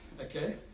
okay